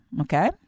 okay